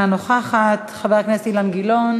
אינה נוכחת, חבר הכנסת אילן גילאון